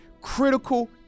critical